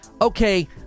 okay